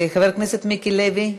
חבר הכנסת מיקי לוי,